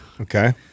Okay